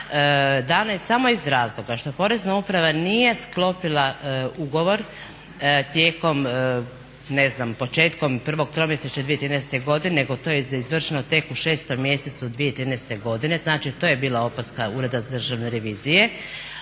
dano je samo iz razloga što porezna uprava nije sklopila ugovor tijekom ne znam početkom prvog tromjesečja 2013. godine nego to je izvršeno tek u 6. mjesecu 2013. godine, znači to je bila opaska Ureda državne revizije.